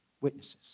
Witnesses